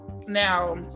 Now